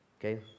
okay